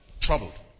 Troubled